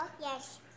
yes